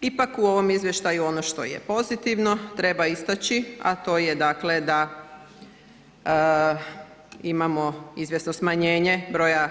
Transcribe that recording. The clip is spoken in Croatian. Ipak u ovom Izvještaju ono što je pozitivno treba istaknuti, a to je dakle, da imamo izvjesno smanjenje broja